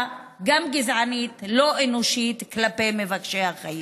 הגזענית הלא-אנושית כלפי מבקשי החיים.